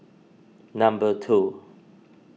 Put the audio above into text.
number two